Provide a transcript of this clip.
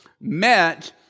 met